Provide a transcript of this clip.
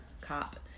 cop